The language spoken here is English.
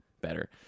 better